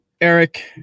Eric